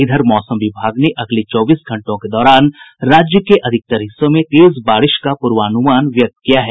इधर मौसम विभाग ने अगले चौबीस घंटों के दौरान राज्य के अधिकांश हिस्सों में तेज बारिश का पूर्वानुमान व्यक्त किया है